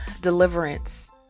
deliverance